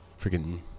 freaking